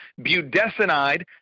budesonide